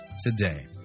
today